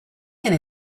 can